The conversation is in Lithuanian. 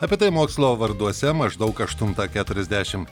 apie tai mokslo varduose maždaug aštuntą keturiasdešim